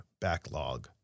backlog